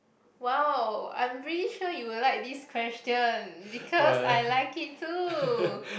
!wow! I am pretty sure you would like this question because I like it too